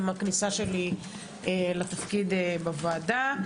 עם הכניסה שלי לתפקיד בוועדה.